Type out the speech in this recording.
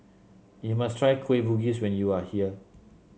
you must try Kueh Bugis when you are here